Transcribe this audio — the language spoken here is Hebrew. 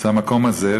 זה המקום הזה,